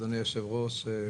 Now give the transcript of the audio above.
אדוני היושב-ראש,